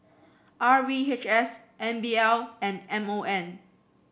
R V H S N B L and M O M